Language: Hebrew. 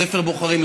ספר בוחרים,